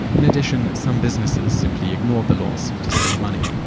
in addition, some businesses simply ignored the laws to save money.